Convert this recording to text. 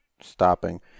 stopping